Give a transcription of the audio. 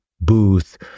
booth